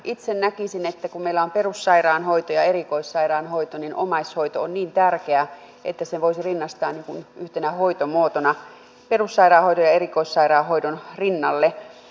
itse näkisin että kun meillä on perussairaanhoito ja erikoissairaanhoito niin omaishoito on niin tärkeä että sen voisi rinnastaa yhtenä hoitomuotona perussairaanhoidon ja erikoissairaanhoidon rinnalle